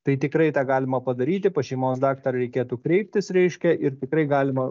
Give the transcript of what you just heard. tai tikrai tą galima padaryti pas šeimos daktarą reikėtų kreiptis reiškia ir tikrai galima